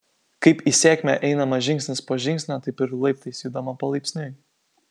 kaip į sėkmę einama žingsnis po žingsnio taip ir laiptais judama palaipsniui